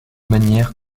manières